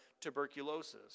tuberculosis